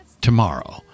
Tomorrow